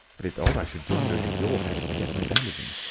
but it's odd i should blunder into your house to get my bandaging.